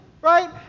right